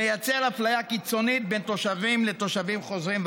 מייצר אפליה קיצונית בין תושבים לתושבים חוזרים,